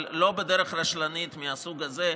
אבל לא בדרך רשלנית מהסוג הזה,